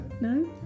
No